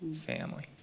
family